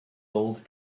old